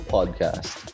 Podcast